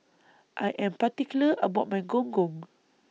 I Am particular about My Gong Gong